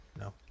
No